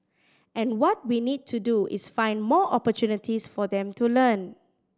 and what we need to do is find more opportunities for them to learn